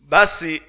Basi